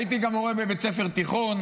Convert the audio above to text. הייתי גם מורה בבית ספר תיכון.